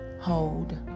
Hold